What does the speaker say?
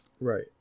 Right